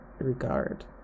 regard